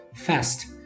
fast